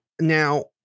Now